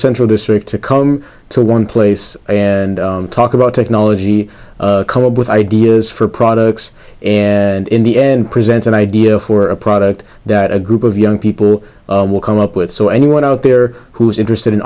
central district to come to one place and talk about technology come up with ideas for products and in the end present an idea for a product that a group of young people will come up with so anyone out there who is interested in